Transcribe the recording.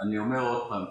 אני אומר עוד פעם,